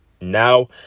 now